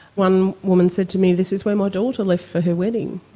one woman said to me this is where my daughter left for her wedding,